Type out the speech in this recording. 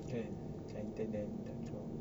then and then then